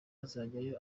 hazajya